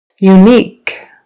Unique